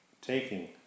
taking